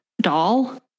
doll